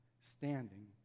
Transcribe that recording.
standing